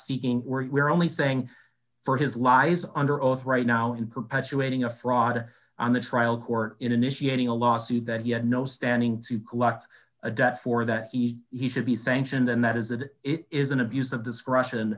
seeking work we are only saying for his lies under oath right now in perpetuating a fraud on the trial court initiating a lawsuit that he had no standing to collect a debt for that he he said be sanctioned and that is that it is an abuse of discretion